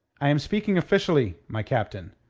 i am speaking officially, my captain.